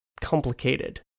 complicated